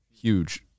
huge